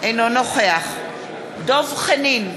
אינו נוכח דב חנין,